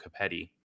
Capetti